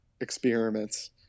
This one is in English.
experiments